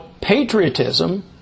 patriotism